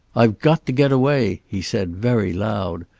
i've got to get away he said, very loud.